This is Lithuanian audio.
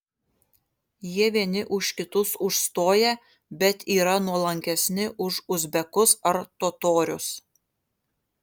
jie vieni už kitus užstoja bet yra nuolankesni už uzbekus ar totorius